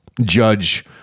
judge